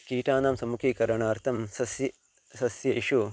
कीटानां सम्मुखीकरणार्थं ससि सस्येषु